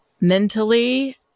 mentally